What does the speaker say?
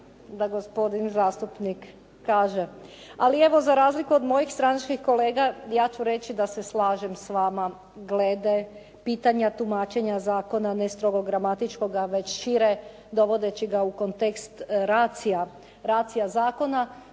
da gospodin zastupnik kaže, ali evo za razliku od mojih stranačkih kolega, ja ću reći da se slažem s vama glede pitanja tumačenja zakona, ne strogo gramatičkoga, već šire dovodeći ga u kontekst racija zakona.